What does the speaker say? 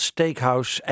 Steakhouse